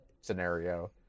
scenario